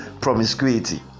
promiscuity